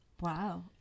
Wow